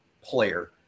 player